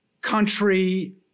country